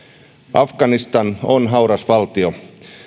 afganistan on hauras valtio